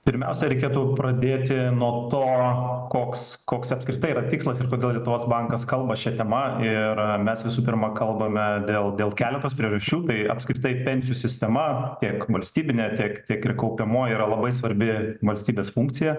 pirmiausia reikėtų pradėti nuo to koks koks apskritai yra tikslas ir kodėl lietuvos bankas kalba šia tema ir mes visų pirma kalbame dėl dėl keletos priežasčių tai apskritai pensijų sistema tiek valstybinė tiek tiek ir kaupiamoji yra labai svarbi valstybės funkcija